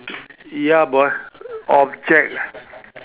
ya boy object